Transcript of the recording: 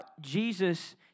jesus